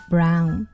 Brown